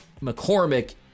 McCormick